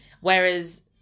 Whereas